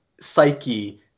psyche